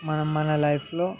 మనం మన లైఫ్లో